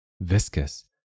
viscous